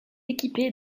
équipée